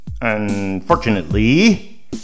unfortunately